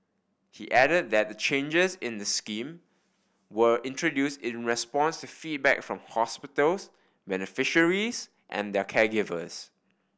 he added that the changes in the scheme were introduce in response to feedback from hospitals beneficiaries and their caregivers